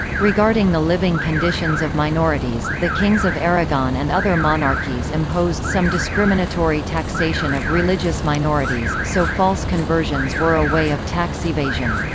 regarding the living conditions of minorities, the kings of aragon and other monarchies imposed some discriminatory taxation of religious minorities, so false conversions were a way of tax evasion.